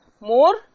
more